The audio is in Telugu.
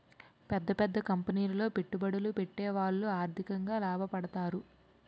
పెద్ద పెద్ద కంపెనీలో పెట్టుబడులు పెట్టేవాళ్లు ఆర్థికంగా లాభపడతారు